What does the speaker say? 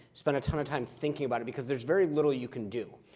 spent a ton of time thinking about it, because there's very little you can do.